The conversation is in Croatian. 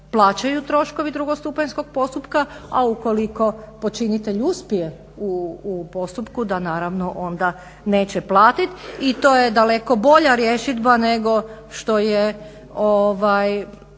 plaćaju troškovi drugostupanjskog postupka a ukoliko počinitelj uspije u postupku da naravno onda neće platiti i to je daleko bolja rješidba nego što je